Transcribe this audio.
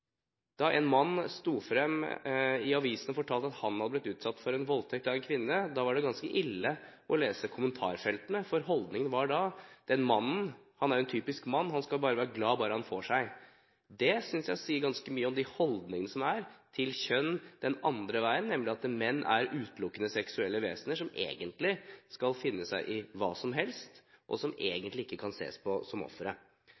Da en mann sto fram i avisen og fortalte at han hadde blitt utsatt for en voldtekt av en kvinne, var det ganske ille å lese kommentarfeltene, for holdningen var da at mannen – han er jo en typisk mann – bare skulle være glad for at han fikk seg noe. Det synes jeg sier ganske mye om de holdningene som er til kjønn den andre veien, nemlig at menn er utelukkende seksuelle vesener som egentlig skal finne seg i hva som helst, og som